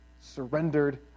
surrendered